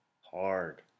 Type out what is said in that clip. hard